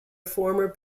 former